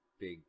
big